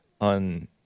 on